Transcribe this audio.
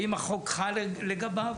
האם החוק חל לגביו?